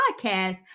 podcast